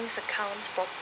accounts